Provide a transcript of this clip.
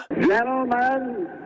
Gentlemen